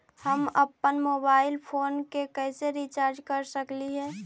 हम अप्पन mobile phone के कैसे रिचार्ज कर सकली हे?